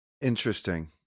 Interesting